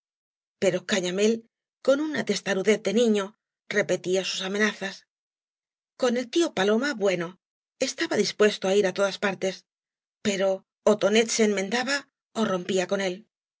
pero cañamél con una testarudez de niño repetía eub amenazas con el tío paloma bueno estaba dispuesto á ir á todas partes pero ó tonet be enmendaba ó rompía con él